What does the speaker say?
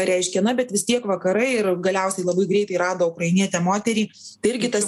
reiškia na bet vis tiek vakarai ir galiausiai labai greitai rado ukrainietę moterį tai irgi tas